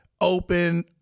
open